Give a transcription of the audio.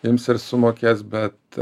ims ir sumokės bet